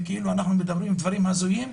וכאילו אנחנו מדברים דברים הזויים,